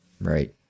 Right